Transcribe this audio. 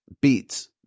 beats